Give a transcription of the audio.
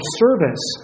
service